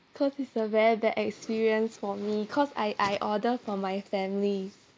because is a very bad experience for me cause I I order for my family